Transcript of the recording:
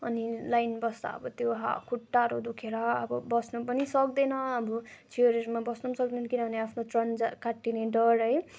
अनि लाइन बस्दा अब त्यो हा खुट्टाहरू दुखेर अब बस्न पनि सक्दैन अब चियरहरूमा बस्नु पनि सक्दैन किनभने आफ्नो टर्न जा काट्टिने डर है